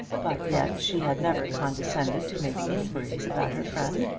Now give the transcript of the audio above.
but yet she had never condescended to make inquiries about her friend.